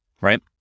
right